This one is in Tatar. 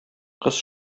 кыз